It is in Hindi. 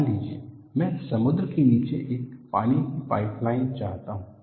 मान लीजिए मैं समुद्र के नीचे एक पानी की पाइपलाइन चाहता हूं